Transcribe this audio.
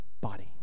body